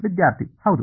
ವಿದ್ಯಾರ್ಥಿ ಹೌದು